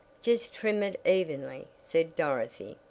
just trim it evenly, said dorothy,